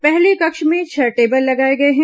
पहले कक्ष में छह टेबल लगाए गए हैं